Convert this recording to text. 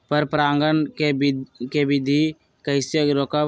पर परागण केबिधी कईसे रोकब?